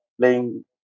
playing